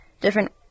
different